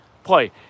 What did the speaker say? Play